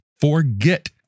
forget